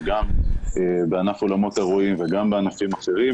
גם בענף אולמות האירועים וגם בענפים אחרים